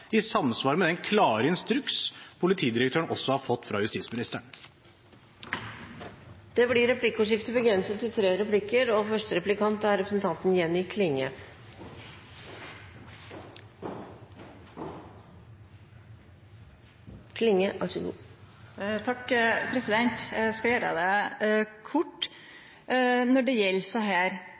i samsvar med den klare instruks politidirektøren også har fått fra justisministeren. Det blir replikkordskifte. Eg skal gjere det kort. Når det